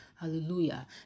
Hallelujah